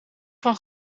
van